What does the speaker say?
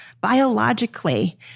Biologically